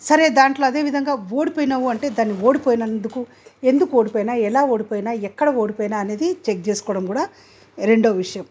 సరే దాంట్లో అదే విధంగా ఓడిపోయినావు అంటే దాని ఓడిపోయినందుకు ఎందుకు ఓడిపోయాను ఎలా ఓడిపోయాను ఎక్కడ ఓడిపోయాను అనేది చెక్ చేసుకోవడం కూడా రెండవ విషయం